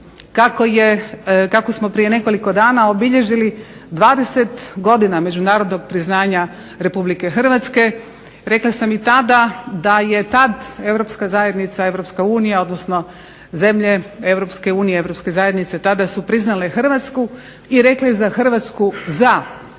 Kako smo prije nekoliko dana obilježili 20 godina međunarodnog priznanja RH, rekla sam i tada da je tada europska zajednica EU odnosno zemlje EU i Europske zajednice tada su priznale Hrvatsku i rekli za Hrvatsku za.